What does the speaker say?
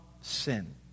sin